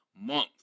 month